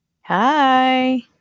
hi